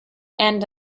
and